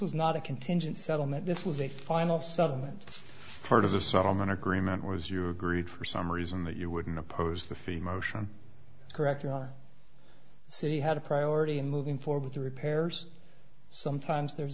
was not a contingent settlement this was a final settlement part of the settlement agreement was you agreed for some reason that you wouldn't oppose the fee motion correctly our city had a priority in moving forward to repairs sometimes there's